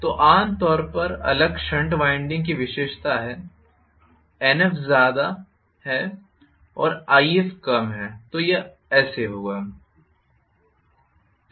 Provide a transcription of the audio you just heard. तो आम तौर पर अलग शंट वाइंडिंग की विशेषता है Nf ज़्यादा और If कम है तो यह ऐसे होगा